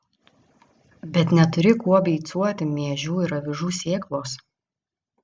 bet neturi kuo beicuoti miežių ir avižų sėklos